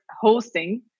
hosting